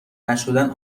نشدن